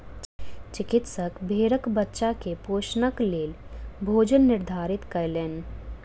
चिकित्सक भेड़क बच्चा के पोषणक लेल भोजन निर्धारित कयलैन